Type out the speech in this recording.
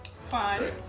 Fine